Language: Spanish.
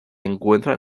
encuentran